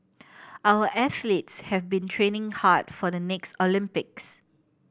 our athletes have been training hard for the next Olympics